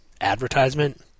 advertisement